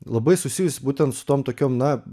labai susijusi būtent su tom tokiom na